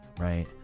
right